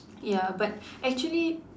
ya but actually